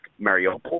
Mariupol